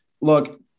Look